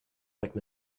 like